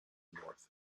north